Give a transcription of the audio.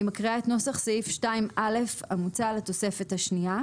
אני מקריאה את נוסח סעיף 2(א) המוצע לתוספת השנייה: